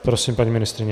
Prosím, paní ministryně.